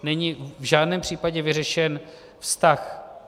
Není v žádném případě vyřešen vztah...